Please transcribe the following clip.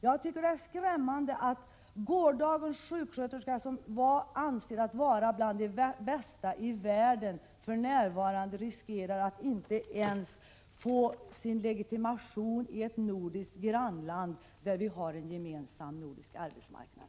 Jag tycker att det är skrämmande att de svenska sjuksköterskorna, som tidigare ansågs vara bland de bästa i världen, för närvarande riskerar att inte ens få legitimation i ett nordiskt grannland — vi har ju en gemensam nordisk arbetsmarknad.